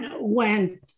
went